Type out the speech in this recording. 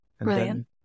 Brilliant